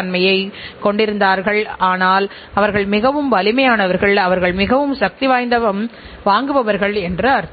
முறை அமல் செய்யப்படுகிறது என்பதைப்பற்றி பேசுவோம்